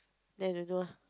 then you do lah